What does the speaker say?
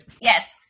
Yes